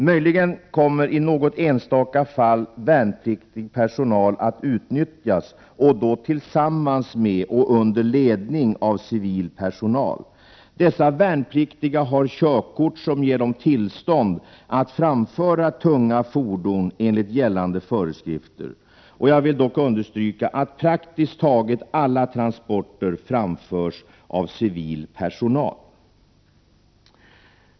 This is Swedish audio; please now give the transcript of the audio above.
Möjligen kommer i något enstaka fall värnpliktig personal att utnyttjas, men då tillsammans med och under ledning av civil personal. Dessa värnpliktiga har körkort som ger dem tillstånd att framföra tunga fordon enligt gällande föreskrifter. Jag vill dock än en gång understryka att praktiskt taget alla transporter genomförs av civil personal.